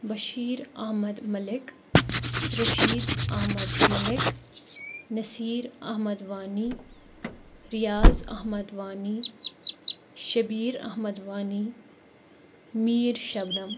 Bashir Ahmad Malik Rashid Ahmad Malik Nasir Ahmad Wani Riyaz Ahmad Wani Shabir Ahmad Wani Mir Shabnam